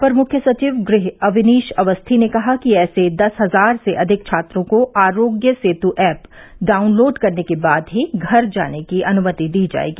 अपर मुख्य सचिव गृह अवनीश अवस्थी ने कहा कि ऐसे दस हजार से अधिक छात्रों को आरोग्य सेतु ऐप डाउनलोड करने के बाद ही घर जाने की अनुमति दी जाएगी